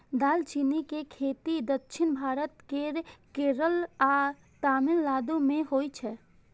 दालचीनी के खेती दक्षिण भारत केर केरल आ तमिलनाडु मे होइ छै